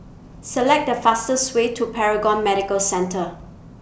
Select The fastest Way to Paragon Medical Centre